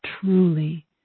truly